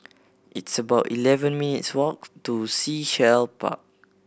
it's about eleven minutes' walk to Sea Shell Park